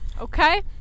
Okay